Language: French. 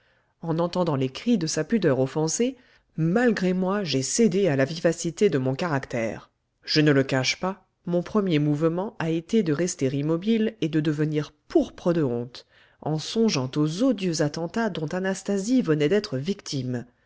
en entendant les cris de sa pudeur offensée malgré moi j'ai cédé à la vivacité de mon caractère je ne le cache pas mon premier mouvement a été de rester immobile et de devenir pourpre de honte en songeant aux odieux attentats dont anastasie venait d'être victime